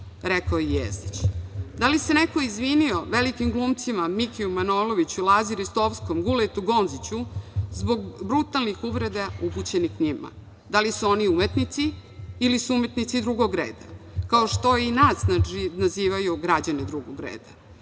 ogovaranjem“.Da li se neko izvinio velikim glumcima Mikiju Manojloviću, Lazi Ristovskom, Buletu Gonciću zbog brutalnih uvreda upućenih njima? Da li su oni umetnici ili su umetnici drugog reda, kao što i nas nazivaju građanima drugog reda?